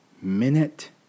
minute